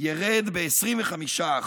ירד ב-25%,